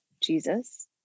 Jesus